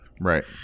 Right